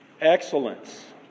Excellence